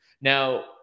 now